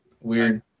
Weird